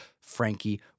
Frankie